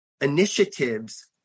initiatives